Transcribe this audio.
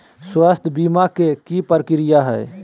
स्वास्थ बीमा के की प्रक्रिया है?